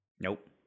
Nope